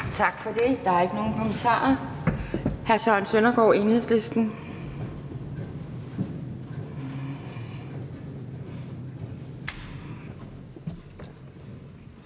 Tak for det. Der er ikke nogen kommentarer. Hr. Søren Søndergaard, Enhedslisten.